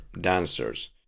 dancers